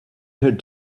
had